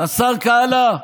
השר כהנא,